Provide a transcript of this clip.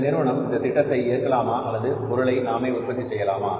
இந்த நிறுவனம் இந்த திட்டத்தை ஏற்கலாமா அல்லது இந்த பொருளை நாமே உற்பத்தி செய்யலாமா